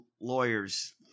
lawyer's